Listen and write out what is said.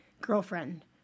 girlfriend